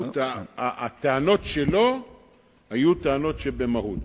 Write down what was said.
הטענות שלו היו טענות שבמהות.